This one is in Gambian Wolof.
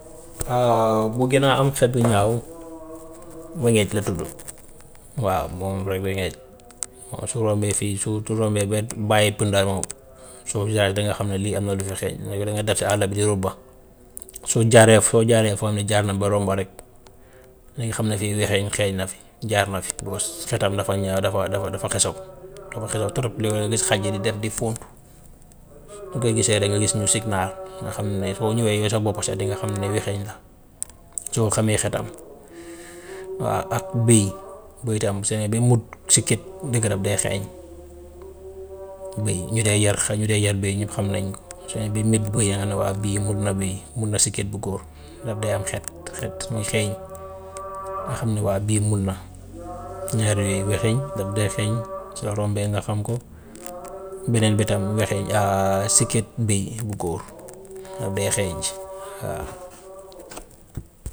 Waaw bu gën a am xet bu ñaaw wengec la tudd, waaw moom la wengec moom su rombee fii su su rombee ba bàyyi pëndal moom soo fi jaaree danga xam ne lii am na lu fi xeeñ, su nekke danga dem si àll bi di rubba soo jaaree, foo jaaree foo xam ne jaar na ba romb rek dinga xam ne fii wexeñ xeeñ na fi, jaar na fi because xetam dafa ñaaw, dafa dafa dafa xasaw, dafa xasaw trop. Léeg-léeg nga gis xaj yi di def di fóontu, su ko gisee danga gis mu signal nga xam ne soo ñêwee yow sa bopp sax dinga xam ne wexeñ la soo xàmmee xetam. Waaw ak bëy, bëy tam c'est bi mut sikket dëgg nag day xeeñ, bëy ñu dee yar xa- ñu dee yar bëy ñëpp xam nañu ko, suñu bi mot bëy nga ne waaw bii niru na bëy, niru na sikket bu góor ndax daa am xet, xet mu xeeñ nga xam ne waaw bii mun na. Ñaar yooyu wexeñ daf dee xeeñ soo rombe nga xam ko beneen bi tam wexeñ sikket bëy bu góor daf dee xeeñ ci waaw.